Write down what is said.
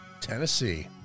Tennessee